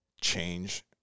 change